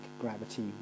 gravity